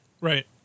Right